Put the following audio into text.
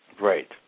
Right